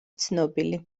ცნობილი